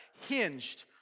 hinged